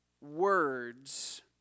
words